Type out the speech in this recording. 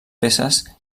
peces